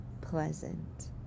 pleasant